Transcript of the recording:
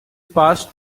passed